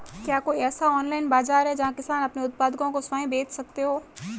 क्या कोई ऐसा ऑनलाइन बाज़ार है जहाँ किसान अपने उत्पादकों को स्वयं बेच सकते हों?